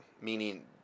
meaning